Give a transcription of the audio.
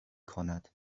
کند